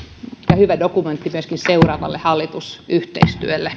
ja hyvä dokumentti myöskin seuraavalle hallitusyhteistyölle